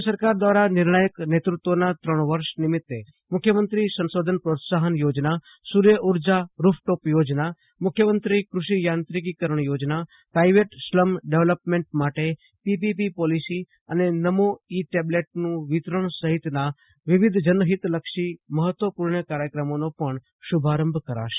રાજ્ય સરકાર દ્વારા નિર્ણાયક નેતૃત્વના ત્રણ વર્ષ નિમિત્તે મુખ્યમંત્રી સંશોધન પ્રોત્સાહન યોજના સૂર્ય ઊર્જા રૂફટોપ યોજના સૂર્ય ગુજરાત મુખ્યમંત્રી કૃષિ યાંત્રીકિકરણ યોજના પ્રાઇવેટ સ્લમ ડેવલપમેન્ટ માટે પીપીપી પોલીસી અને નમો ઇ ટેબલેટનું વિતરજ્ઞ સહિતની વિવિધ જનહિતલક્ષી મહત્વપૂર્ણ કાર્યક્રમોનો પણ શુભારંભ કરાશે